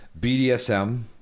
BDSM